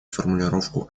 формулировку